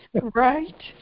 Right